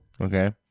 Okay